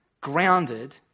grounded